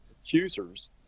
accusers